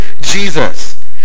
Jesus